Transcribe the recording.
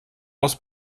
aus